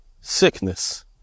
sickness